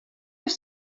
have